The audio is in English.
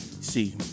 see